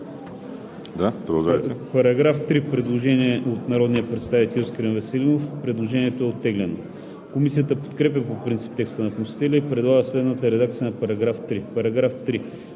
По § 3 има предложение на народния представител Искрен Веселинов. Предложението е оттеглено. Комисията подкрепя по принцип текста на вносителя и предлага следната редакция на § 3: „§ 3.